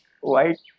white